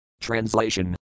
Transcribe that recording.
Translation